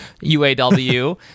UAW